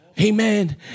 Amen